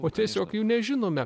o tiesiog jų nežinome